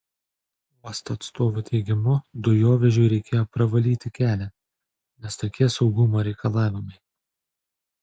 uosto atstovų teigimu dujovežiui reikėjo pravalyti kelią nes tokie saugumo reikalavimai